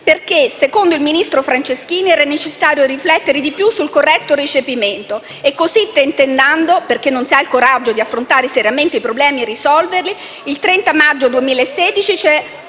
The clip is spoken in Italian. perché, secondo il ministro Franceschini, era necessario riflettere di più sul corretto recepimento. E così, tentennando, perché non si ha il coraggio di affrontare seriamente i problemi e risolverli, il 30 maggio 2016 ci